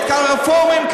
הרפורמים,